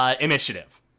initiative